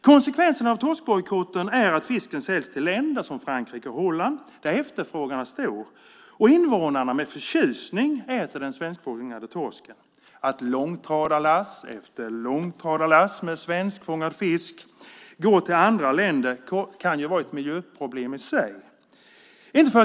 Konsekvensen av torskbojkotten är att fisken säljs till länder som Frankrike och Holland, där efterfrågan är stor och invånarna med förtjusning äter den svenskfångade torsken. Att långtradarlass efter långtradarlass med svenskfångad fisk går till andra länder kan vara ett miljöproblem i sig.